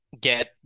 get